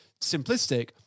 simplistic